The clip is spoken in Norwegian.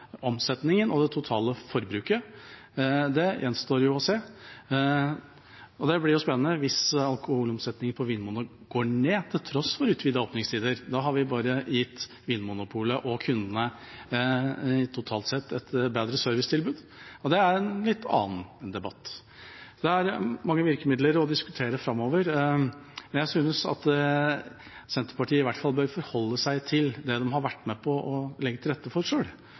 forbruket. Det gjenstår å se. Og det jo blir spennende, hvis alkoholomsetningen på Vinmonopolet går ned – til tross for utvidede åpningstider. Da har vi bare gitt Vinmonopolet, og kundene, totalt sett et bedre servicetilbud – og det er en litt annen debatt. Det er mange virkemidler å diskutere framover, men jeg synes at Senterpartiet i hvert fall bør forholde seg til det de har vært med på å legge til rette for